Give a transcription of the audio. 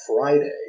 Friday